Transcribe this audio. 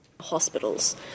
Hospitals